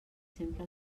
sempre